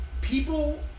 People